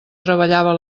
treballava